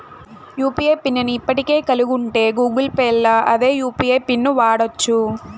UPI PIN ని ఇప్పటికే కలిగుంటే గూగుల్ పేల్ల అదే యూ.పి.ఐ పిన్ను వాడచ్చు